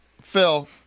Phil